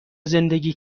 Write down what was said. زندگی